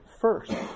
first